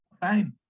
Fine